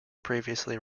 previously